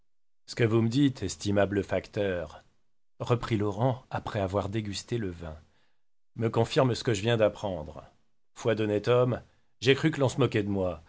estimable facteur reprit laurent après avoir dégusté le vin me confirme ce que je viens d'apprendre foi d'honnête homme j'ai cru que l'on se moquait de moi